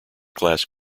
class